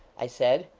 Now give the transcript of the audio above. i said.